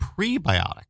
Prebiotic